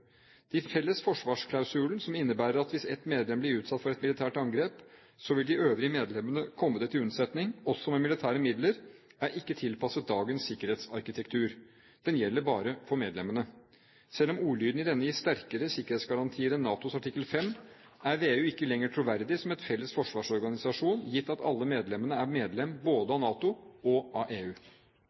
felles forsvarsklausulen – som innebærer at hvis et medlem blir utsatt for et militært angrep, vil de øvrige medlemmene komme det til unnsetning, også med militære midler – er ikke tilpasset dagens sikkerhetsarkitektur. Den gjelder bare for medlemmene. Selv om ordlyden i denne gir sterkere sikkerhetsgarantier enn NATOs artikkel V, er VEU ikke lenger troverdig som en felles forsvarsorganisasjon, gitt at alle medlemmene er medlem både av NATO og av EU.